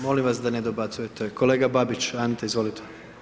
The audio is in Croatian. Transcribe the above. Molim vas da ne dobacujete, kolega Babić Ante, izvolite.